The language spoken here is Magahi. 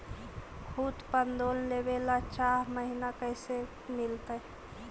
खूत पर लोन लेबे ल चाह महिना कैसे मिलतै?